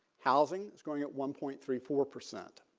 housing is growing at one point three four percent.